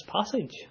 passage